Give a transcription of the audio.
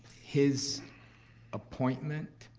his appointment